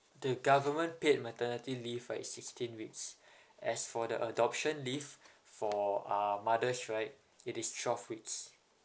the government paid maternity leave right is sixteen weeks as for the adoption leave for uh mothers right it is twelve weeks